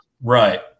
Right